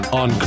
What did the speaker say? on